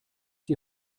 die